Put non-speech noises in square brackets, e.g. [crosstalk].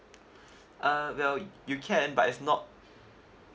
[breath] uh well you can but it's not